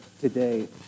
today